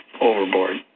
overboard